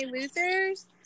losers